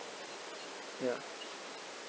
ya